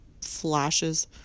flashes